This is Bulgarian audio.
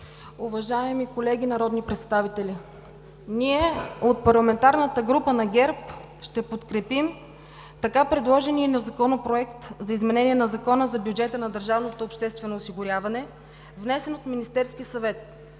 уважаеми колеги народни представители! Ние от Парламентарната група на ГЕРБ ще подкрепим така предложения ни Законопроект за изменение на Закона за бюджета на държавното обществено